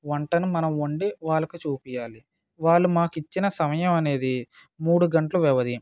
వంటను మనం వండి వాళ్ళకు చూపించాలి వాళ్ళు మాకు ఇచ్చిన సమయం అనేది మూడు గంటల వ్యవధి